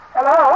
Hello